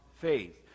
faith